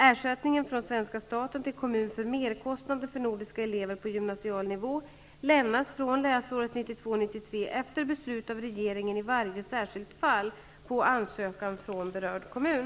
Ersättningen från svenska staten till kommun för merkostnader för nordiska elever på gymnasial nivå lämnas fr.o.m. läsåret 1992/93 efter beslut av regeringen i varje särskilt fall på ansökan från berörd kommun.